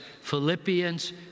Philippians